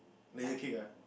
layered cake ah